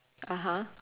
(uh huh)